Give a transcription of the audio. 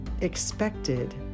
expected